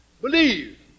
believe